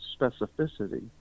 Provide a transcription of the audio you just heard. specificity